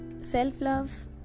self-love